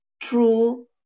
true